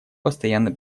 постоянный